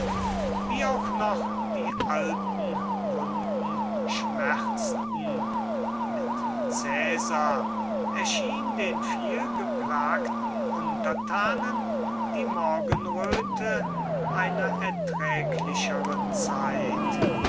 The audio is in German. wie auch noch die alten wunden schmerzten mit caesar erschien den vielgeplagten untertanen die morgenröte einer erträglicheren zeit